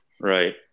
Right